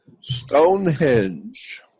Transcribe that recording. stonehenge